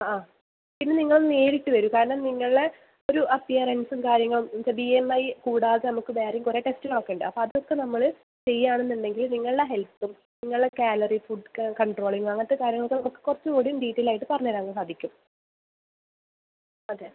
ആ പിന്നെ നിങ്ങൾ നേരിട്ട് വരൂ കാരണം നിങ്ങളെ ഒരു അപ്പിയറൻസും കാര്യങ്ങളും ഇപ്പം ബി എം ഐ കൂടാതെ നമുക്ക് വേറെയും കുറേ ടെസ്റ്റ് നോക്കുന്നുണ്ട് അപ്പോൾ അതൊക്കെ നമ്മൾ ചെയ്യുകയാണെന്നുണ്ടെങ്കിൽ നിങ്ങളുടെ ഹെൽത്തും നിങ്ങളുടെ ക്യാലറി ഫുഡ് കൺട്രോളിങ്ങും അങ്ങനത്തെ കാര്യങ്ങളൊക്കെ നമുക്ക് കുറച്ചുകൂടി ഡീറ്റെയിൽ ആയിട്ട് പറഞ്ഞുതരാൻ സാധിക്കും അതെ